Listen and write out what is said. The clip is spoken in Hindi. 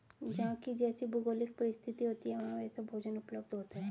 जहां की जैसी भौगोलिक परिस्थिति होती है वहां वैसा भोजन उपलब्ध होता है